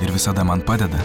ir visada man padeda